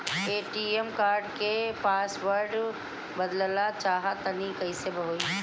ATM card क password बदलल चाहा तानि कइसे होई?